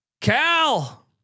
Cal